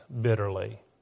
bitterly